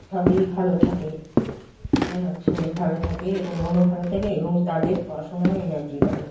সবই ভালো থাকে হ্যাঁ শরীর ভালো থাকে এবং মনও ভালো থাকে এবং তাদের পড়াশোনার এনার্জি বাড়ে